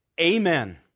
amen